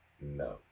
No